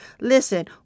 Listen